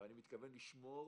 ומתכוון לשמור